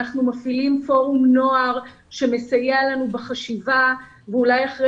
אנחנו מפעילים פורום נוער שמסייע לנו בחשיבה - ואולי אחר